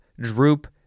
droop